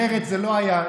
אחרת זה לא היה.